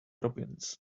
robins